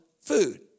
food